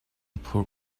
phurh